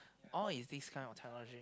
all is this kind of technology